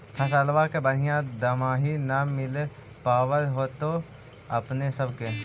फसलबा के बढ़िया दमाहि न मिल पाबर होतो अपने सब के?